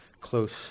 close